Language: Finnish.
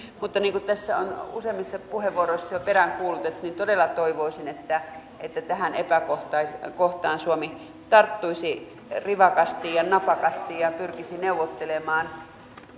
mutta niin kuin tässä on useammissa puheenvuoroissa jo peräänkuulutettu niin todella toivoisin että että tähän epäkohtaan suomi tarttuisi rivakasti ja napakasti ja pyrkisi neuvottelemaan